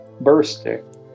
bursting